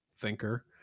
thinker